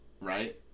right